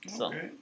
Okay